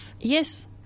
Yes